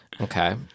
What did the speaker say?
Okay